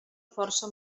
força